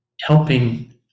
helping